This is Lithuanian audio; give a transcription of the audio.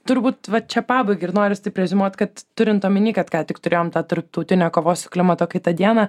turbūt va čia pabaigai ir noris taip ziumuot kad turint omeny kad ką tik turėjom tą tarptautinę kovos su klimato kaita dieną